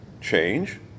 change